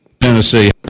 Tennessee